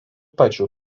pačiu